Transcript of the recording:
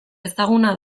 ezaguna